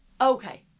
Okay